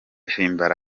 himbara